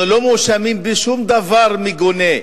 אנחנו לא מואשמים בשום דבר מגונה,